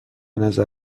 نظر